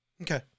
Okay